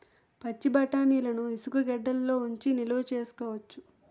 పచ్చిబఠాణీలని ఇసుగెడ్డలలో ఉంచి నిలవ సేసుకోవచ్చును